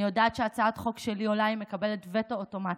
אני יודעת שכשהצעת חוק שלי עולה היא מקבלת וטו אוטומטי.